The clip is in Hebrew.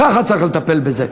ככה צריך לטפל בזה.